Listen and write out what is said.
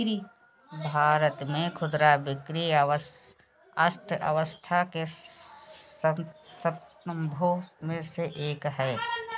भारत में खुदरा बिक्री अर्थव्यवस्था के स्तंभों में से एक है